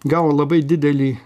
gavo labai didelį